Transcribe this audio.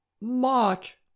March